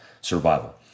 survival